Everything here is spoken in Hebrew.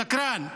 שקרן.